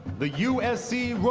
the usc.